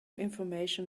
information